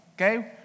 okay